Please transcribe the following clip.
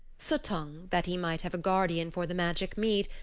suttung, that he might have a guardian for the magic mead,